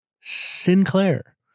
Sinclair